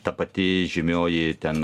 ta pati žymioji ten